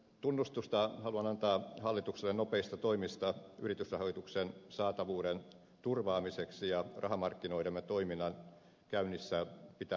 tunnustusta haluan antaa hallitukselle nopeista toimista yritysrahoituksen saatavuuden turvaamiseksi ja rahamarkkinoidemme toiminnan käynnissä pitämiseksi